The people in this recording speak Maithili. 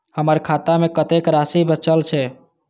हमर खाता में कतेक राशि बचल छे?